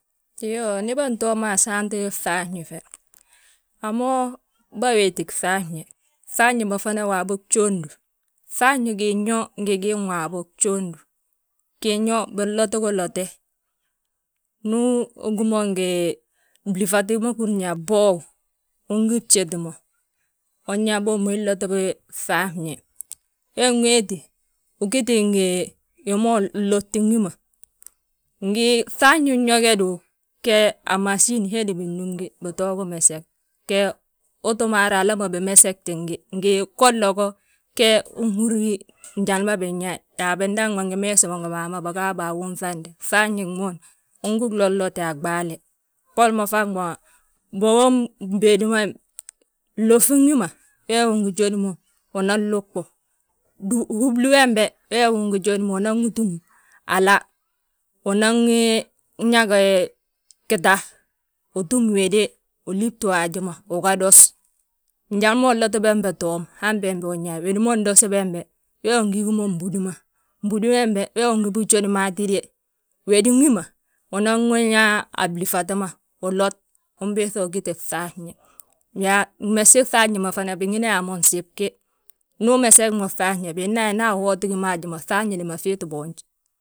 Iyoo, ndi bântoo mo a saanti fŧafñi fe, a mo, bâwéeti fŧafñe, gŧafñi ma fana waabo gjóondu. Gŧafñe giin yo ngi gii waabo, gjóodu, gin yo binlotigi lote. Ndu ugí mo ngi blúŧat, wi ma húrin yaa bwoow, ungi bjéti mo, unyaa bommu inlotibi fŧafñe. We wéeti, ugiti ngi wi ma ulotti wi ma, ngi fŧafñin yo ge du, ge amasín hédi binúmgi bito gi meges, ge uu tti maara hala ma binmegesti gi, ngi golla go ge unhúri gi njali ma binyaayi. Yaa bindaŋ ma ngi meesi mo ngi baa ma, bigaabaa wunŧande. Gŧafñi gmoon, ungi lolote a ɓaale, boli mo faŋ ma; Bogom béédi ma lófin wi ma wee wi ungi jód mo. Unan luɓu, húbli wembe wee wi ungi jód mo, unan wi túm hala, unanwi gita, utúm wéde, ulíbti wi haji ma uga dos. Njali ma unlot bembe toom hambe be unyaa wi wédi ma ndosi bembe, wee wi ngi gí mo nbúni, nbúni wembe; Wee wi ungi bijód mo hatide, wédin wi ma, unan wi yaa a blúfat ma, ulot unbiiŧa wi giti fŧafñe. Yaa megesi fŧafñi ma fana bingina yaa mo nsibi de, ndu umeges mo fŧafñe bina yaa nda awooti gi mo haji ma, fŧafñi ma fiiti boonj.